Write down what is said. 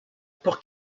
pour